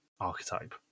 Archetype